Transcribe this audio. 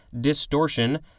distortion